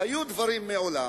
שהיו דברים מעולם.